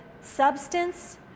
substance